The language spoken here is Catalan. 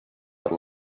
per